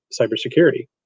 cybersecurity